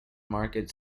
market